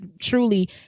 truly